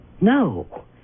No